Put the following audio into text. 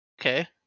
Okay